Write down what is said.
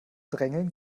drängeln